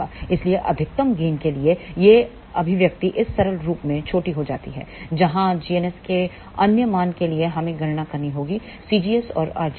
इसलिए अधिकतम गेन के लिए यह अभिव्यक्ति इस सरल रूप में छोटी हो जाती है जहां gns के अन्य मान के लिए हमें गणना करनी होगीcgs और rgsकी